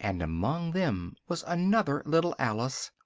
and among them was another little alice,